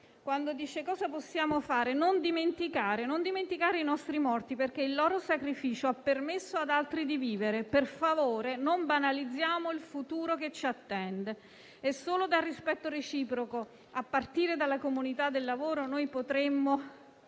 «Non dimenticare. Non dobbiamo dimenticare i nostri morti, perché il loro sacrificio ha permesso ad altri di vivere. Per favore non banalizziamo il futuro che ci attende». È solo dal rispetto reciproco, a partire dalla comunità del lavoro, che potremo